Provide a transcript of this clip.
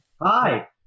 hi